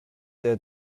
der